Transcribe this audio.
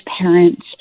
parents